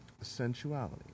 sensuality